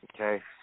okay